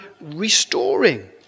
restoring